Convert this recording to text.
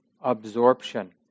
absorption